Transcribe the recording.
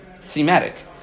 thematic